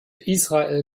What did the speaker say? israel